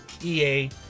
EA